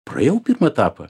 praėjau pirmą etapą